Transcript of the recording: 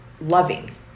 loving